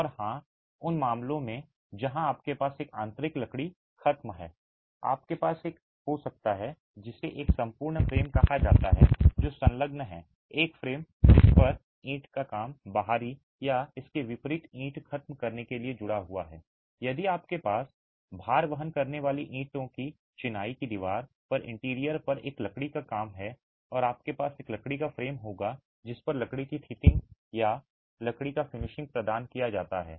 और हां उन मामलों में जहां आपके पास एक आंतरिक लकड़ी खत्म है आपके पास एक हो सकता है जिसे एक संपूर्ण फ्रेम कहा जाता है जो संलग्न है एक फ्रेम जिस पर ईंट का काम बाहरी या इसके विपरीत ईंट खत्म करने के लिए जुड़ा हुआ है यदि आपके पास भार वहन करने वाली ईंट की चिनाई की दीवार पर इंटीरियर पर एक लकड़ी का काम है आपके पास एक लकड़ी का फ्रेम होगा जिस पर लकड़ी की शीथिंग या लकड़ी का फिनिश प्रदान किया जाता है